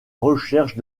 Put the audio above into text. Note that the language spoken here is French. recherche